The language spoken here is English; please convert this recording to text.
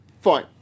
Fine